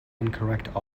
incorrect